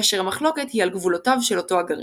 כאשר המחלוקת היא על גבולותיו של אותו הגרעין.